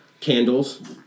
Candles